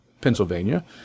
Pennsylvania